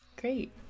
Great